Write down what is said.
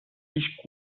dich